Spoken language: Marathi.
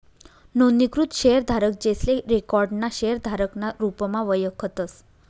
नोंदणीकृत शेयरधारक, जेसले रिकाॅर्ड ना शेयरधारक ना रुपमा वयखतस